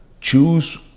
choose